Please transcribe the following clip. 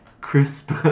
crisp